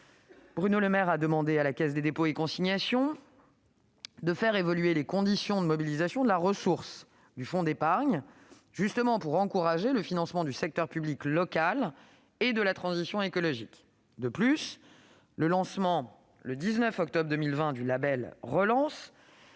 Bruno Le Maire a demandé à la Caisse des dépôts et consignations de faire évoluer les conditions de mobilisation de la ressource du fonds d'épargne afin d'encourager le financement du secteur public local et de la transition écologique. De plus, le lancement, le 19 octobre 2020, du label Relance